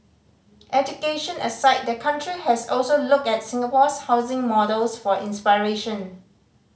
education aside the country has also looked at Singapore's housing models for inspiration